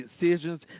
decisions